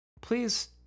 please